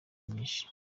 nyinshi